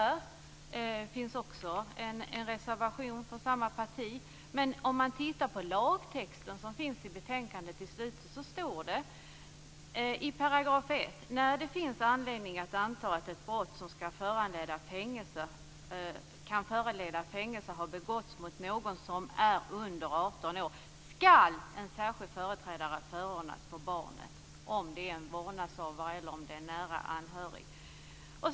Här finns också en reservation från kristdemokraterna. Men i lagtextens 1 § i slutet av betänkandet står det att när det finns anledning att anta att ett brott som kan föranleda fängelse har begåtts mot någon som är under 18 år, skall en särskild företrädare förordnas för barnet om en vårdnadshavare eller nära anhörig kan misstänkas för brottet.